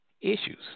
issues